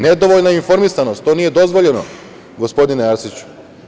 Nedovoljna informisanost, to nije dozvoljeno, gospodine Arsiću.